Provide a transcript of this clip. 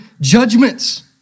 judgments